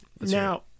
Now